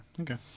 Okay